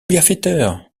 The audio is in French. bienfaiteur